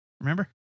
Remember